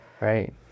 right